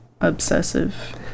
obsessive